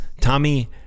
tommy